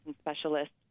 specialists